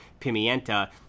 Pimienta